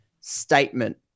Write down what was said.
statement